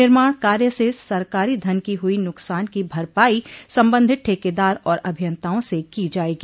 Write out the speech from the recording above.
निर्माण कार्य से सरकारी धन की हुई नुकसान की भरपाई संबंधित ठेकेदार और अभियंताओं से की जायेगी